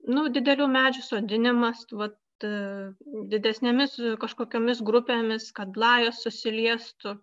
nu didelių medžių sodinimas vat didesnėmis kažkokiomis grupėmis kad lajos susiliestų